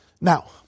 Now